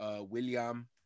William